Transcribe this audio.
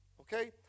Okay